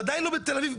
בוודאי לא בתל אביב.